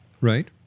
Right